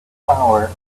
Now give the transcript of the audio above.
flour